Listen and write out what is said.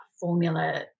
formula